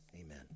Amen